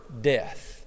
death